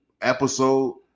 episode